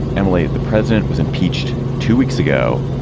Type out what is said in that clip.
emily, the president was impeached two weeks ago.